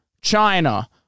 China